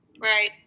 Right